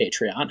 Patreon